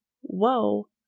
whoa